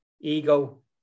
ego